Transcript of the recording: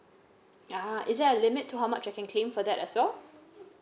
ah is there a limit to how much I can claim for that as well